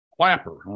Clapper